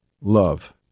love